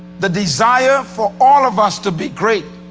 the desire for all of us to be great,